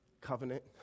covenant